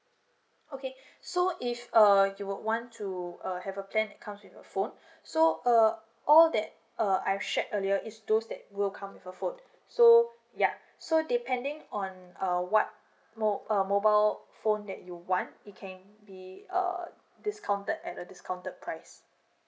okay so if uh you would want to uh have a plan that comes with a phone so uh all that uh I've shared earlier is those that will come with a phone so ya so depending on uh what mo uh mobile phone that you want it can be a discounted at a discounted price